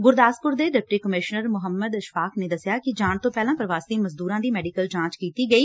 ਗੁਰਦਾਸਪੁਰ ਦੇ deputy commissioner Mohammad Ishfaq ਨੇ ਦਸਿਆ ਕਿ ਜਾਣ ਤੋਂ ਪਹਿਲਾਂ ਪ੍ਰਵਾਸੀ ਮਜ਼ਦੂਰਾਂ ਦੀ ਮੈਡੀਕਲ ਜਾਂਚ ਕੀਤੀ ਗਈ